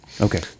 okay